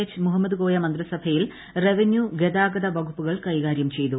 H Muhammad Koya മന്ത്രിസഭയിൽ revenue ഗതാഗത വകുപ്പുകൾ കൈകാര്യം ചെയ്തു